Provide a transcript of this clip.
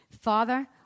Father